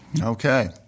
Okay